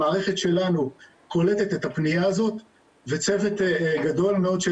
המערכת שלנו קולטת את הפניה הזאת וצוות גדול מאוד של